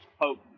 Hope